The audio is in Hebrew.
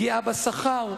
פגיעה בשכר.